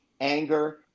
anger